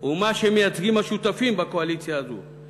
ומה שמייצגים השותפים בקואליציה הזאת,